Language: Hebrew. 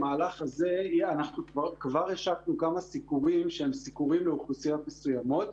אנחנו כבר השקנו כמה סיקורים שהם סיקורים לאוכלוסיות מסוימות.